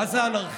מה זה אנרכיסט?